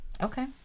okay